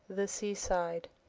the seaside